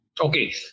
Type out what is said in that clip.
Okay